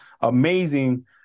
amazing